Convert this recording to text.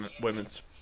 Women's